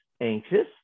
anxious